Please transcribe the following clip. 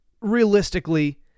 realistically